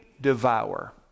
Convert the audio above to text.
devour